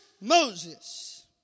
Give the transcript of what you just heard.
Moses